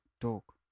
talk